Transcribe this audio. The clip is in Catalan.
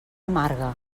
amarga